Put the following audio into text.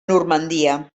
normandia